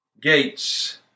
gates